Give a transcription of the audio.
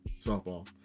softball